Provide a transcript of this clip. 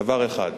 דבר אחד.